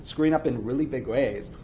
screwing up in really big ways,